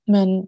Men